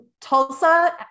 Tulsa